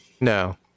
no